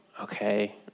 okay